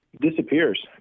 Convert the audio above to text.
disappears